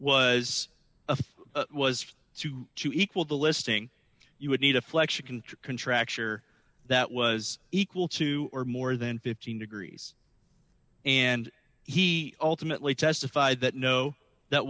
was was to to equal the listing you would need to flex contracture that was equal to or more than fifteen degrees and he ultimately testified that no that